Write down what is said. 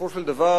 בסופו של דבר,